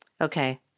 Okay